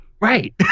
right